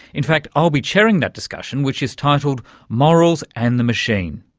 in fact, i'll be chairing that discussion which is titled morals and the machine.